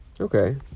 Okay